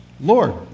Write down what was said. Lord